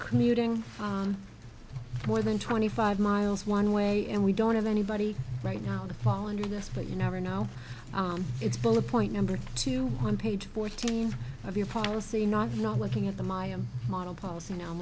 commuting more than twenty five miles one way and we don't have anybody right now to fall under this but you never know it's bullet point number two on page fourteen of your policy not not looking at the miami model policy now